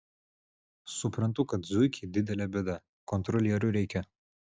suprantu kad zuikiai didelė bėda kontrolierių reikia